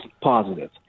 positive